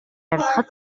арилгахад